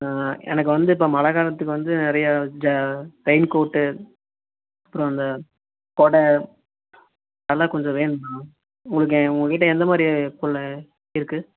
எனக்கு வந்து இப்போ மழை காலத்துக்கு வந்து நிறைய ஜா ரெயின் கோர்ட்டு அப்புறம் அந்த குட அதெலாம் கொஞ்சம் வேணும்ணா உங்களுக்கு உங்ககிட்ட எந்த மாதிரி பொருள் இருக்குது